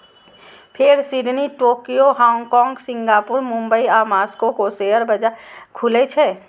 फेर Sydney, Tokyo, Hong Kong, Singapore, Mumbai आ Moscow के शेयर बाजार खुलै छै